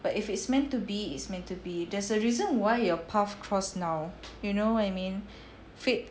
but if it's meant to be it's meant to be there's a reason why your path cross now you know what I mean fate